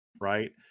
right